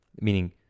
meaning